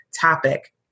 topic